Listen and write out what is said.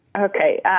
Okay